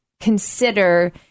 consider